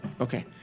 Okay